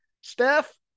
Steph